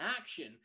action